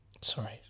Sorry